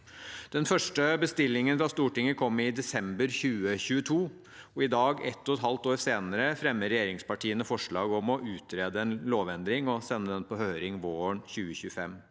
Den første bestillingen fra Stortinget kom i desember 2022. I dag, ett og et halvt år senere, fremmer regjeringspartiene forslag om å utrede en lovendring og sende den på høring våren 2025.